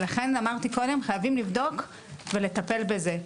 לכן אמרתי קודם שחייבים לבדוק ולטפל בזה.